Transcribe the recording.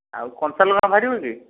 ଆଉ କଞ୍ଚା ଲଙ୍କା ବାହାରିବ କି